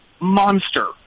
monster